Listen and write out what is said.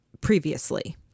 previously